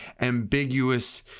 ambiguous